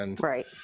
Right